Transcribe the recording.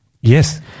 Yes